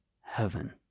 heaven